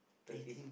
thirty